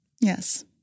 Yes